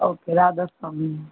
okay Radha Swami